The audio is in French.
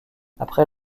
après